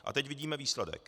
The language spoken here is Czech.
A teď vidíme výsledek.